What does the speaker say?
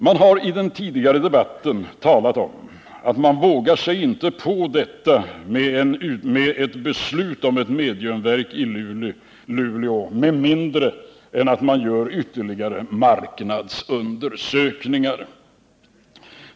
Man har i den tidigare debatten talat om att man inte vågar sig på ett beslut om ett mediumverk i Luleå med mindre än att man gör ytterligare marknadsundersökningar.